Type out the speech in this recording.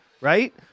Right